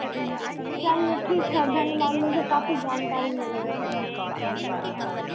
चलिए ठीक है धन्यवाद मुझे काफी जानकारी मिल गई